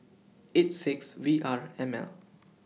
eight six V R M L